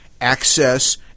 access